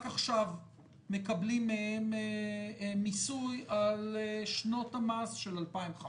רק עכשיו מקבלים מהם מיסוי על שנות המס של 2015,